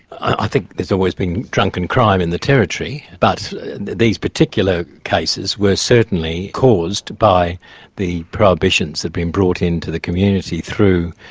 i think there's always been drunken crime in the territory, but these particular cases where certainly caused by the prohibitions that have been brought in to the community through,